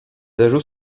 ajouts